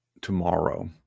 tomorrow